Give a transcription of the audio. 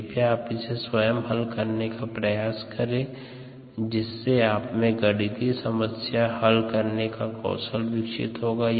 कृपया आप इसे स्वयं हल करने का प्रयास करें जिससे आपमें गणितीय समस्या हल करने का कौशल विकसित होगा